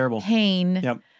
pain